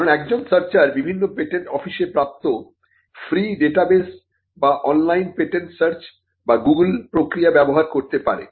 কারণ একজন সার্চার বিভিন্ন পেটেন্ট অফিসে প্রাপ্ত ফ্রি ডেটাবেস বা অনলাইন পেটেন্ট সার্চ বা গুগল প্রক্রিয়া ব্যবহার করতে পারে